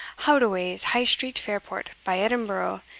hadoway's, high street, fairport, by edinburgh,